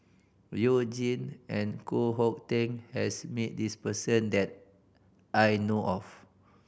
You Jin and Koh Hong Teng has meet this person that I know of